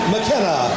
McKenna